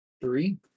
Three